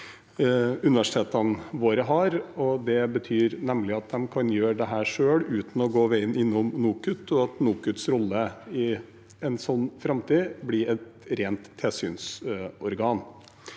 universitetene våre har. Det betyr at de kan gjøre dette selv, uten å gå veien innom NOKUT, og at NOKUTs rolle i en slik framtid blir et rent tilsynsorgan.